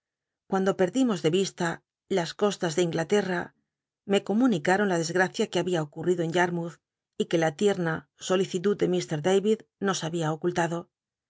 cuando pe dimos de vista las costas de inglateita me comunicaron la desgacia que había ocurrido en yatmouth y que la tiema solicitud de mr david nos